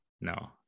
No